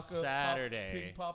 Saturday